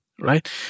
right